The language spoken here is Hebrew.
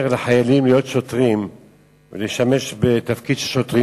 לחיילים להיות שוטרים או לשמש בתפקיד של שוטרים,